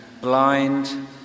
blind